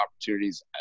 opportunities